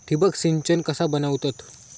ठिबक सिंचन कसा बनवतत?